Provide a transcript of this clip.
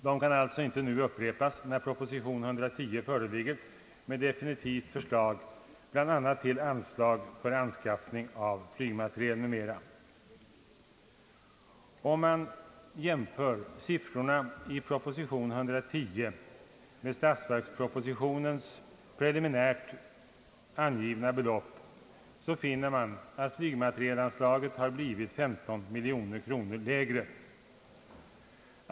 De kan alltså inte nu upprepas, när proposition 110 föreligger med definitivt förslag till bl.a. anslag för anskaffning av flygmateriel m.m. Om man jämför siffrorna i proposition 110 med statsverkspropositionens preliminärt angivna belopp, finner man att flygmaterielanslaget har blivit 15 miljoner kronor lägre.